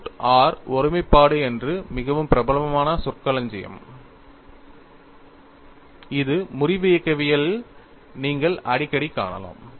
root r ஒருமைப்பாடு என்பது மிகவும் பிரபலமான சொற்களஞ்சியம் இது முறிவு இயக்கவியலில் நீங்கள் அடிக்கடி காணலாம்